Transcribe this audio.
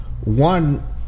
one